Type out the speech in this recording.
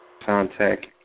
Contact